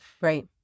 right